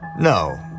No